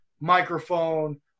microphone